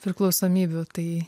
priklausomybių tai